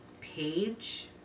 page